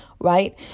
right